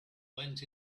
went